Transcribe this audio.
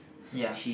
ya